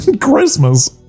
Christmas